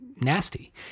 nasty